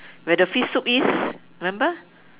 where the fish soup is remember